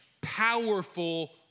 powerful